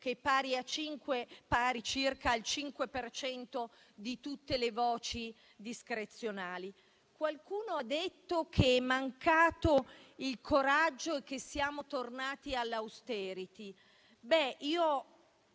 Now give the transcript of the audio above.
che è pari a circa il 5 per cento di tutte le voci discrezionali. Qualcuno ha detto che è mancato il coraggio e che siamo tornati all'*austerity*: